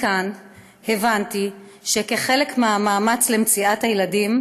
מכאן הבנתי שכחלק מהמאמץ למציאת הילדים,